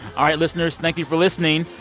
um listeners, thank you for listening.